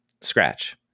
scratch